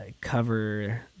cover